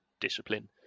discipline